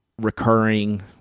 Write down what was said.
recurring